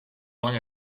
lang